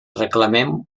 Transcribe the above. reclamem